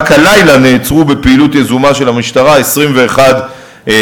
רק הלילה נעצרו בפעילות יזומה של המשטרה 21 איש,